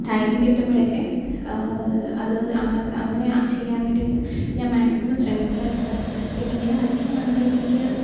time കിട്ടുമ്പോഴക്കെ അത് അങ്ങനെ അങ്ങനെ ചെയ്യാൻ വേണ്ടിയിട്ട് ഞാൻ മാക്സിമം ശ്രമിക്കാറുണ്ട് പിന്നിങ്ങനെ വരക്കുന്ന കാണുമ്പോഴൊക്കെ എനിക്ക്